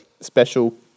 special